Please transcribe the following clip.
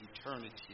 eternity